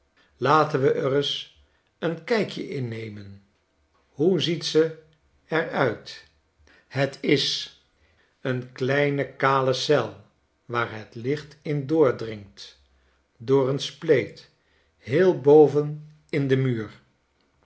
laten we r reis een kijkje in nemen hoe ziet ze r uit t is een kleine kale eel waar het licht in doordringt door een spleet heel boven in den muur